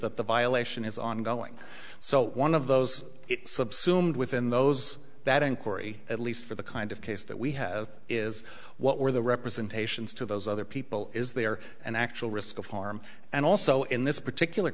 that the violation is ongoing so one of those subsumed within those that inquiry at least for the kind of case that we have is what were the representations to those other people is there an actual risk of harm and also in this particular